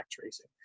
tracing